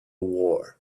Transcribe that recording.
war